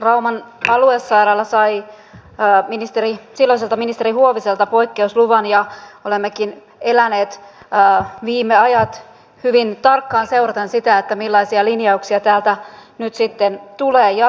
rauman aluesairaala sai silloiselta ministeri huoviselta poikkeusluvan ja olemmekin eläneet viime ajat hyvin tarkkaan seuraten sitä millaisia linjauksia täältä nyt sitten tulee jatkon osalta